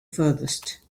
furthest